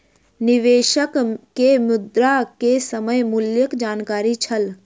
निवेशक के मुद्रा के समय मूल्यक जानकारी छल